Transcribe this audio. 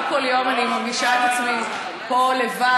לא כל יום אני מרגישה את עצמי פה לבד,